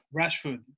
Rashford